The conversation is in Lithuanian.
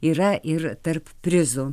yra ir tarp prizų